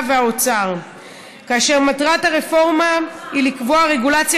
שהצטרפה אלינו,